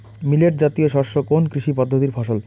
Millet জাতীয় শস্য কোন কৃষি পদ্ধতির ফসল?